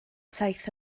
saith